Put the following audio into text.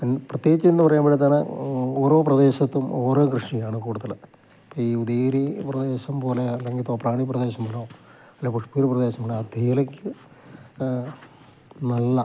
എന്നു പ്രത്യേകിച്ചെന്നു പറയുമ്പോഴത്തേക്ക് ഓരോ പ്രദേശത്തും ഓരോ കൃഷിയാണ് കൂടുതൽ ഈ ഉദയഗിരി പ്രദേശം പോലെ അല്ലെങ്കിൽ തോപ്രാംകുടി പ്രദേശം പോലെ അല്ലെങ്കിൽ പുഷ്പഗിരി പ്രദേശങ്ങളോ അതിലേക്ക് നല്ല